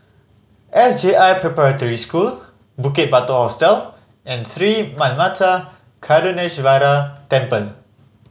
S J I Preparatory School Bukit Batok Hostel and Sri Manmatha Karuneshvarar Temple